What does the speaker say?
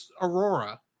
Aurora